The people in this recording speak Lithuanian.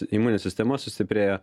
imuninė sistema sustiprėja